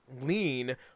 lean